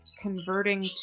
Converting